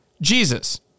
Jesus